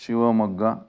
Shivamogga